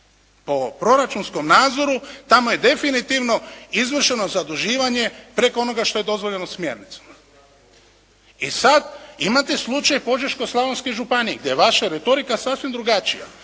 Po proračunskom nadzoru tamo je definitivno izvršeno zaduživanje preko onoga što je dozvoljeno smjernicama. I sada imate slučaj Požeško-slavonske županije gdje je vaša retorika sasvim drugačija.